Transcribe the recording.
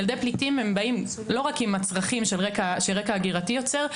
ילדי פליטים באים לא רק עם הצרכים שלרקע הגירתי יוצר,